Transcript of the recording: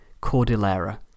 Cordillera